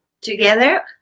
together